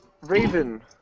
Raven